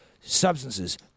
substances